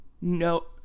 no